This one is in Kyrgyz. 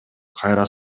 кайра